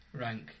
rank